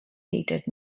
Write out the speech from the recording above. hated